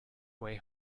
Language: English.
way